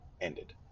ended